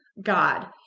God